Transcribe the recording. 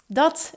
dat